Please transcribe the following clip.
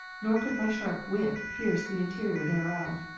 nor could my sharp wit pierce the interior thereof.